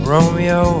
Romeo